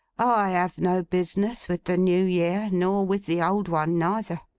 i have no business with the new year nor with the old one neither.